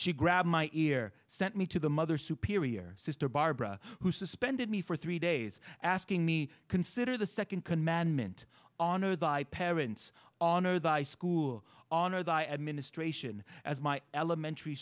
she grabbed my ear sent me to the mother superior sister barbara who suspended me for three days asking me consider the second commandment honor thy parents on or the high school on or the administration as my elementary